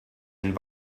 and